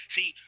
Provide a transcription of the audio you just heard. See